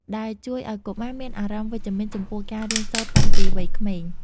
ដែលជួយឱ្យកុមារមានអារម្មណ៍វិជ្ជមានចំពោះការរៀនសូត្រតាំងពីវ័យក្មេង។